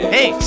Hey